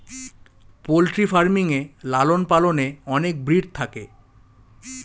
poultry farming এ লালন পালনে অনেক ব্রিড থাকে